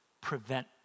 prevent